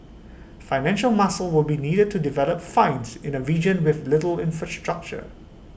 financial muscle will be needed to develop finds in A region with little infrastructure